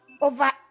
over